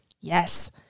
yes